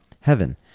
heaven